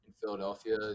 Philadelphia